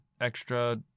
extra